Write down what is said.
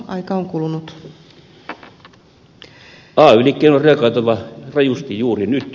ay liikkeen on reagoitava rajusti juuri nyt